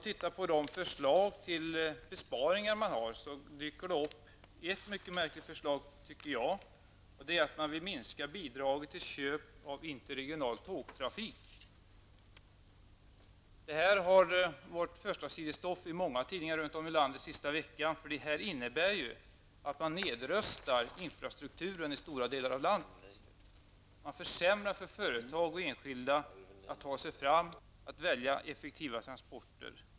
Bland förslagen till besparingar dyker det upp ett märkligt förslag, tycker jag, och det är att regeringen vill minska bidragen till köp av interregional tågtrafik. Detta har varit förstasidesstoff i tidningarna runt om i landet den senaste veckan. Det innebär att man nedrustar infrastrukturen i stora delar av landet. Man förvårar för företag och enskilda att ta sig fram, att välja effektiva transporter.